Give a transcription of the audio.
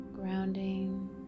grounding